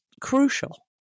crucial